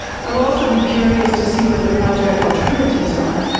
i will also be curious to see what the project alternatives are,